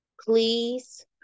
Please